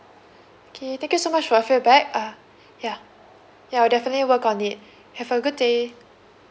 okay thank you so much for your feedback uh yeah yeah I'll definitely work on it have a good day